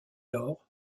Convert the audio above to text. lors